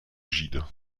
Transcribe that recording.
gide